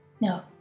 No